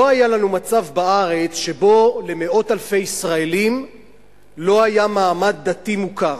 לא היה לנו בארץ מצב שבו למאות אלפי ישראלים לא היה מעמד דתי מוכר.